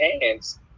hands